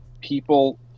people